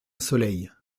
soleil